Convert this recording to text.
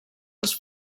als